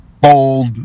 bold